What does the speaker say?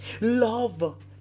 love